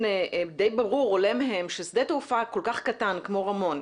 די ברור עולה מהם ששדה תעופה כל כך קטן כמו רמון,